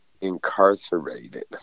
incarcerated